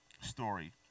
story